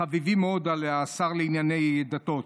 החביבים מאוד על השר לענייני דתות?